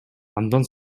андан